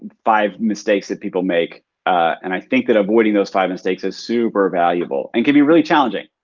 five mistakes that people make and i think that avoiding those five mistakes is super valuable and can be really challenging.